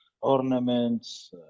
ornaments